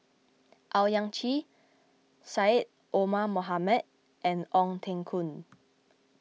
Owyang Chi Syed Omar Mohamed and Ong Teng Koon